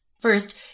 First